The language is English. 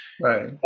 Right